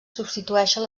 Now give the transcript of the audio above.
substitueixen